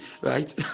right